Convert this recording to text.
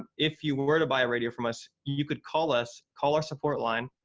if you were to buy a radio from us, you could call us, call our support line,